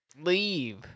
Leave